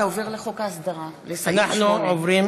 אנחנו עוברים